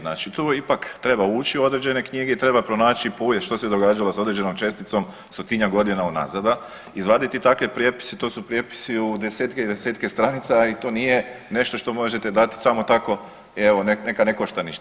Znači tu ipak treba ući u određene knjige i treba pronaći … što se događalo sa određenom česticom stotinjak godina unazad, a izvaditi takve prijepise to su prijepisi u desetke i desetke stranica i to nije nešto što možete dati samo tako evo neka ne košta ništa.